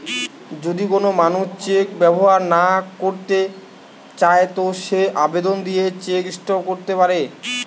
যদি কোন মানুষ চেক ব্যবহার না কইরতে চায় তো সে আবেদন দিয়ে চেক স্টপ ক্যরতে পারে